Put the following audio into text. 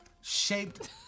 shaped